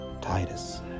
Titus